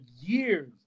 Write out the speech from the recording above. years